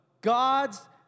God's